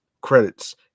credits